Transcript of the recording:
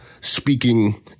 Speaking